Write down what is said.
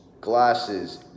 glasses